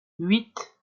huit